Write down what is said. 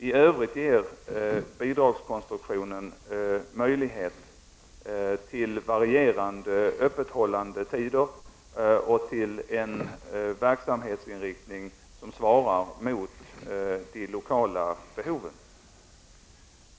I övrigt ger bidragskonstruktionen möjlighet till varierande öppethållandetider och till en verksamhetsinriktning som svarar mot de lokala behoven.